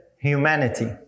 Humanity